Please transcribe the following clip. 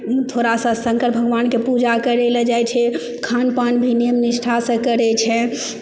थोड़ा सा शङ्कर भगवानके पूजा करै लए जाइ है खान पान भी नियम निष्ठासँ करै छै